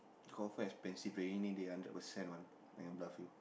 confirm expensive already need eight hundred percent one I can bluff you